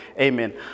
Amen